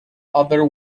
other